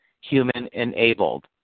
human-enabled